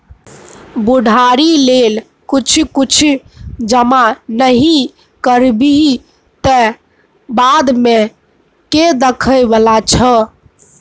बुढ़ारी लेल किछ किछ जमा नहि करबिही तँ बादमे के देखय बला छौ?